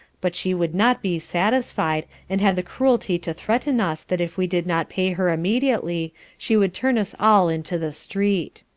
but she would not be satisfied and had the cruelty to threaten us that if we did not pay her immediately she would turn us all into the street.